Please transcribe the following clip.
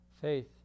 Faith